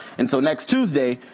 and so next tuesday,